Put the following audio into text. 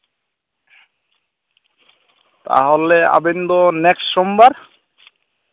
ᱛᱟᱦᱚᱞᱮ ᱟᱵᱮᱱ ᱫᱚ ᱱᱮᱠᱥᱴ ᱥᱳᱢᱵᱟᱨ